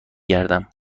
گردم